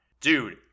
Dude